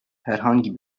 herhangi